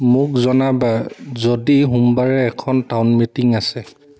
মোক জনাবা যদি সোমবাৰে এখন টাউন মিটিং আছে